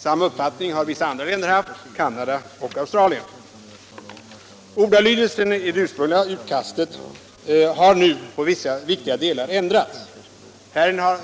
Samma uppfattning har vissa andra länder haft — Canada och Australien. Ordalydelsen i det ursprungliga utkastet har nu i vissa viktiga delar ändrats.